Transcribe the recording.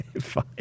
fine